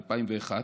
התשס"א 2001,